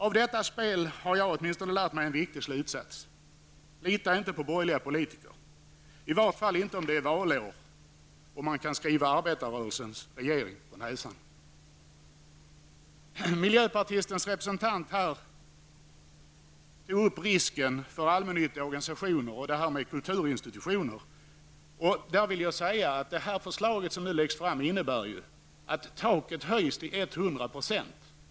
Av detta spel har åtminstone jag dragit en viktig slutsats: Lita inte på borgerliga politiker, i vart fall inte om det är valår och man kan skriva arbetarrörelsens regering på näsan. Miljöpartiets representant tog upp risken för allmännyttiga organisationer och kulturinstitutioner. Det nu föreliggande förslaget innebär att taket höjs till 100 %.